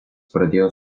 pradėjo